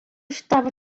estava